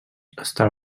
està